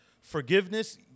forgiveness